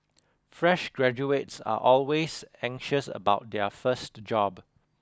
fresh graduates are always anxious about their first job